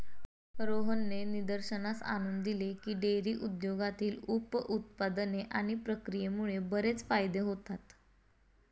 रोहितने निदर्शनास आणून दिले की, डेअरी उद्योगातील उप उत्पादने आणि प्रक्रियेमुळे बरेच फायदे होतात